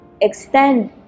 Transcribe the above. extend